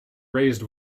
raised